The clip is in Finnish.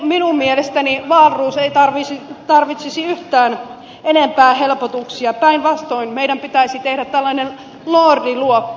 minun mielestäni wahlroos ei tarvitsisi yhtään enempää helpotuksia päinvastoin meidän pitäisi tehdä tällainen lordiluokka